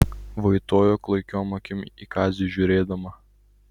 vaitojo klaikiom akim į kazį žiūrėdama